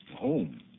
Home